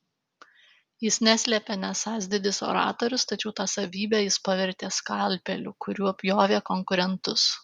jis neslėpė nesąs didis oratorius tačiau tą savybę jis pavertė skalpeliu kuriuo pjovė konkurentus